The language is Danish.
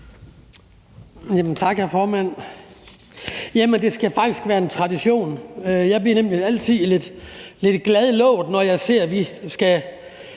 Tak, hr. formand. Ja, det skal faktisk være en tradition, for jeg bliver nemlig altid lidt glad i låget, når jeg ser, at vi skal